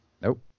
Nope